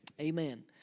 amen